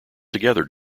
together